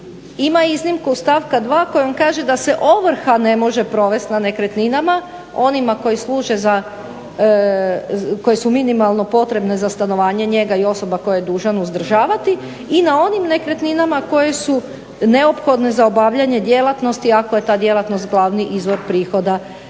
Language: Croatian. ima iznimku stavka dva kojom kaže da se ovrha ne može provesti na nekretninama onima koji služe za, koje su minimalno potrebne za stanovanje njega i osoba koje je dužan uzdržavati i na onim nekretninama koje su neophodne za obavljanje djelatnosti ako je ta djelatnost glavni izvor prihoda